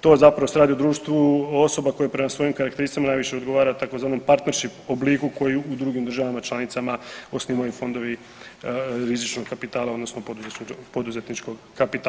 to se radi zapravo o društvu osoba koje prema svojim karakteristika najviše odgovara tzv. partnership obliku koji u drugim državama članicama osnivaju fondove rizičnog kapitala odnosno poduzetničkog kapitala.